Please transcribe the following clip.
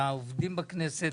העובדים בכנסת